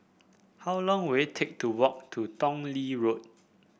how long will it take to walk to Tong Lee Road